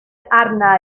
arna